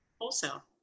wholesale